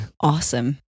Awesome